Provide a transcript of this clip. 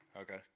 Okay